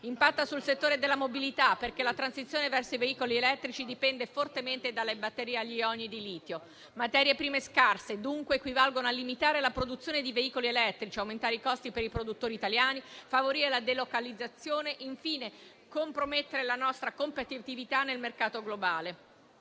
impatta sul settore della mobilità, perché la transizione verso i veicoli elettrici dipende fortemente dalle batterie agli ioni di litio. Materie prime scarse, dunque, equivalgono a limitare la produzione di veicoli elettrici, ad aumentare i costi per i produttori italiani, a favorire la delocalizzazione e, infine, a compromettere la nostra competitività nel mercato globale.